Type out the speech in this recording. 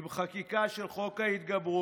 עם החקיקה של חוק ההתגברות,